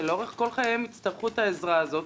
שלאורך כל חייהם יצטרכו את העזרה הזאת,